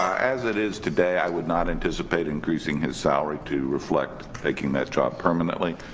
as it is today, i would not anticipate increasing his salary to reflect taking that job permanently.